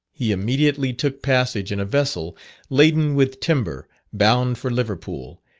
he immediately took passage in a vessel laden with timber, bound for liverpool,